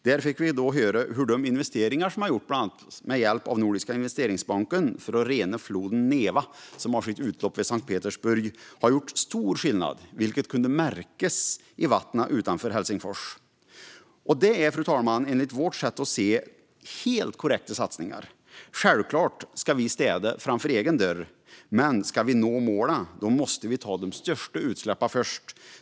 Där fick vi då höra hur de investeringar som har gjorts bland annat med hjälp av Nordiska investeringsbanken för att rena floden Neva, som har sitt utlopp vid Sankt Petersburg, har gjort stor skillnad, vilket kunde märkas i vattnen utanför Helsingfors. Det är, fru talman, enligt vårt sätt att se helt korrekta satsningar. Självklart ska vi sopa rent framför egen dörr, men om vi ska nå målen måste vi ta de största utsläppen först.